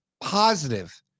positive